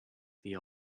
the